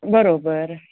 बरोबर